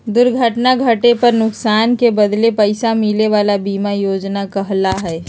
दुर्घटना घटे पर नुकसान के बदले पैसा मिले वला बीमा योजना कहला हइ